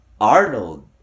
Arnold